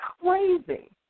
crazy